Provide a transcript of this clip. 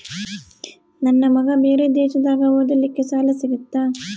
ನನ್ನ ಮಗ ಬೇರೆ ದೇಶದಾಗ ಓದಲಿಕ್ಕೆ ಸಾಲ ಸಿಗುತ್ತಾ?